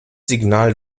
signal